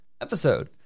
episode